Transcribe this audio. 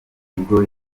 nibwo